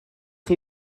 chi